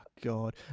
God